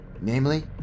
namely